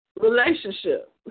relationship